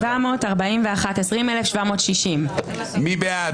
20,741 עד 20,760. מי בעד?